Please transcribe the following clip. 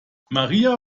maria